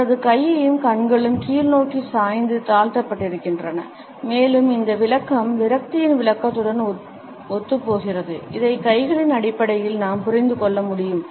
அவரது கையும் கண்களும் கீழ்நோக்கி சாய்ந்து தாழ்த்தப்பட்டிருக்கின்றன மேலும் இந்த விளக்கம் விரக்தியின் விளக்கத்துடன் ஒத்துப்போகிறது இதை கைகளின் அடிப்படையில் நாம் புரிந்து கொள்ள முடியும்